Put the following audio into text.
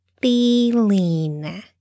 feeling